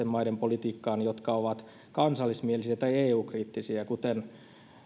maiden politiikkaan jotka ovat kansallismielisiä tai eu kriittisiä kuten